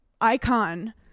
icon